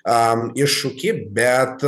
am iššūkį bet